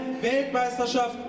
Weltmeisterschaft